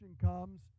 comes